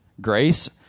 grace